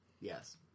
Yes